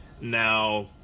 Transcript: Now